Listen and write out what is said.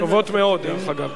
שמעת?